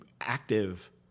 active